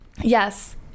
yes